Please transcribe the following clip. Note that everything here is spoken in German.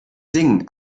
singen